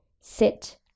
sit